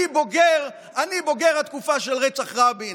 אני בוגר התקופה של רצח רבין.